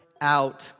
out